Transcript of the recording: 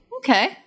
Okay